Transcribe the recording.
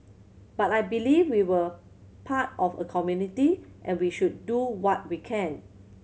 but I believe we are part of a community and we should do what we can